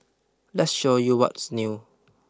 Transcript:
let's show you what's new